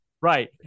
Right